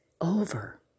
over